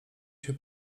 się